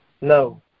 No